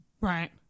Right